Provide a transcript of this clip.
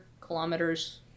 kilometers